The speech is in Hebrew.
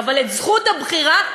אבל את זכות הבחירה,